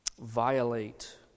violate